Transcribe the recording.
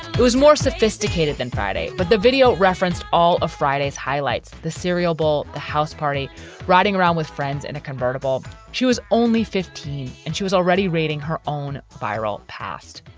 it was more sophisticated than friday. but the video referenced all of friday's highlights, the cereal bowl. the house party riding around with friends in a convertible. she was only fifteen and she was already rating her own viral past